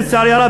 לצערי הרב,